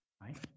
right